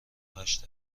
هشت